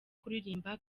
kuririmba